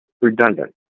redundant